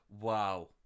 Wow